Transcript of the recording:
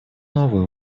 новую